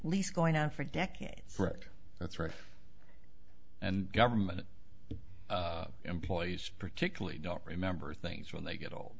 lease going on for decades right that's right and government employees particularly don't remember things when they get old